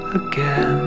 again